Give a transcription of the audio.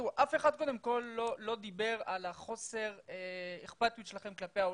אף אחד לא דיבר על חוסר האכפתיות שלכם כלפי העולים,